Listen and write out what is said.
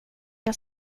jag